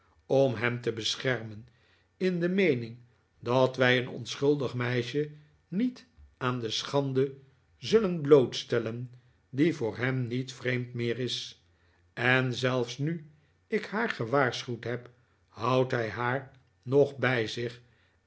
om hem te beschermen in de meening dat wij een onschuldig meisje niet aan de schande zullen blootstellen die voor hem niet vreemd meer is en zelfs nu ik haar gewaarschuwd heb houdt hij haar nog bij zich